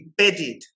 embedded